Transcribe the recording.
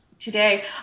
today